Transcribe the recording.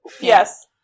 yes